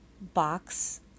box